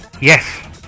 yes